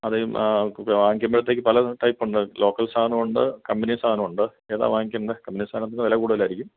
അതീ വാങ്ങിക്കുമ്പോഴത്തേക്കും പല ടൈപ്പുണ്ട് ലോക്കല് സാധനമുണ്ട് കമ്പനി സാധനമുണ്ട് ഏതാണ് വാങ്ങിക്കേണ്ടത് കമ്പനി സാധനത്തിനു വില കൂടുതലായിരിക്കും